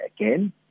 again